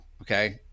okay